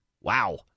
Wow